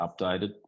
updated